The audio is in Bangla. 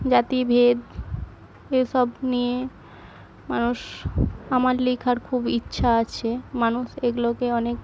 জাতিভেদ এসব নিয়ে মানুষ আমার লেখার খুব ইচ্ছা আছে মানুষ এগুলোকে অনেক